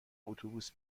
اتوبوس